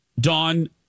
Dawn